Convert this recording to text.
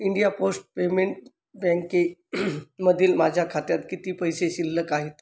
India post payment बँके मधील माझ्या खात्यात किती पैसे शिल्लक आहेत